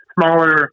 smaller